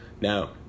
Now